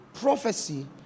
prophecy